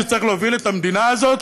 שצריך להוביל את המדינה הזאת,